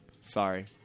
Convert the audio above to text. sorry